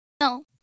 No